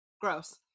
gross